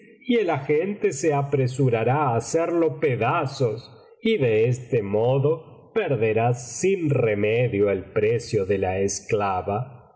y el agente se apresurará á hacerlo pedazos y de este modo perderás sin remedio el precio de la esclava